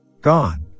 gone